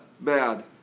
bad